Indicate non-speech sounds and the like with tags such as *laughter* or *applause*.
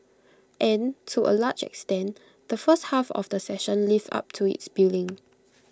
and to A large extent the first half of the session lived up to its billing *noise*